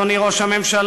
אדוני ראש הממשלה,